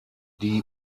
die